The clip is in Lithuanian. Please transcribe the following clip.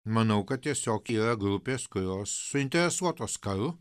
manau kad tiesiog yra grupės kurios suinteresuotos karu